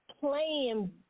playing